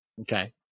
Okay